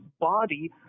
body